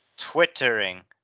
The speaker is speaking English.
twittering